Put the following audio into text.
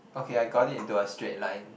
okay I got it into a straight line